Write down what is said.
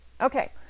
Okay